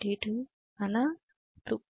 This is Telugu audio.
06 అనా 0